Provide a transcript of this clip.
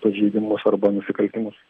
pažeidimus arba nusikaltimus